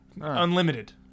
Unlimited